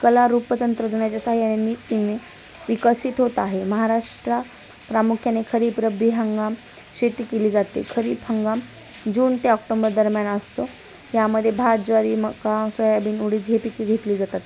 कला रूप तंत्रज्ञानाच्या ससाह्यायाने नितीने विकसित होत आहे महाराष्ट्रात प्रामुख्याने खरीब रबी हंगाम शेती केली जाते खरीप हंगाम जून ते ऑक्टोंबर दरम्यान असतो यामध्ये भात ज्वारी मका सोयाबीन उडीद हि पिके घेतली जातात